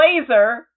laser